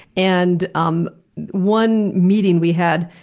and um one meeting we had,